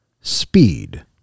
Speed